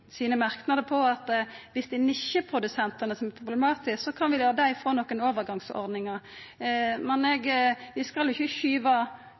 sine merknader på at om det er nisjeprodusentane som er problematiske, kan vi la dei få nokre overgangsordningar. Men vi skal jo ikkje